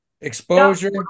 Exposure